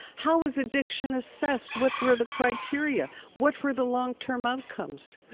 how is addiction assessed? what were the criteria? what were the long-term outcomes?